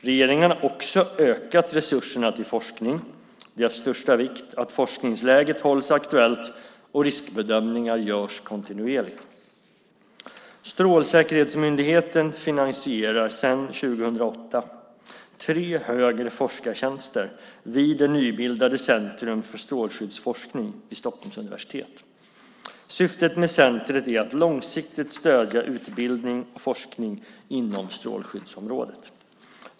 Regeringen har också ökat resurserna till forskning. Det är av största vikt att forskningsläget hålls aktuellt, och riskbedömningar görs kontinuerligt. Strålsäkerhetsmyndigheten finansierar sedan 2008 tre högre forskartjänster vid det nybildade Centrum för strålskyddsforskning vid Stockholms universitet. Syftet med centret är att långsiktigt stödja utbildning och forskning inom strålskyddsområdet.